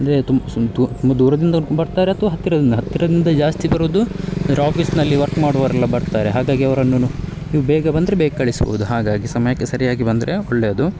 ಅಂದರೆ ತುಮ್ ಸು ತುಂಬ ದೂರದಿಂದ ಅವ್ರು ಬರ್ತಾರೆ ಅಥ್ವಾ ಹತ್ತಿರದಿಂದ ಹತ್ತಿರದಿಂದ ಜಾಸ್ತಿ ಬರುವುದು ಅಂದ್ರೆ ಆಫೀಸ್ನಲ್ಲಿ ವರ್ಕ್ ಮಾಡುವವರೆಲ್ಲ ಬರ್ತಾರೆ ಹಾಗಾಗಿ ಅವರನ್ನನ್ನು ನೀವು ಬೇಗ ಬಂದರೆ ಬೇಗ ಕಳಿಸ್ಬೋದು ಹಾಗಾಗಿ ಸಮಯಕ್ಕೆ ಸರಿಯಾಗಿ ಬಂದರೆ ಒಳ್ಳೆಯದು